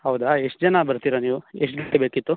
ಹೌದಾ ಎಷ್ಟು ಜನ ಬರ್ತೀರಾ ನೀವು ಎಷ್ಟು ಗಾಡಿ ಬೇಕಿತ್ತು